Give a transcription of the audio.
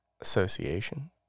Association